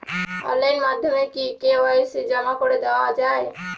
Online মাধ্যমে কি KYC জমা করে দেওয়া য়ায়?